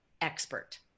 expert